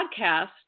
podcast